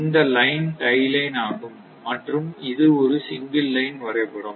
இந்த line tie line ஆகும் மற்றும் இது ஒரு சிங்கிள் லைன் வரைபடம்